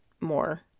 more